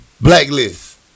Blacklist